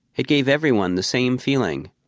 it gave everyone the same feeling.